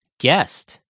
Guest